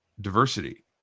diversity